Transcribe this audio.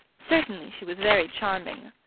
certainly she was very charming,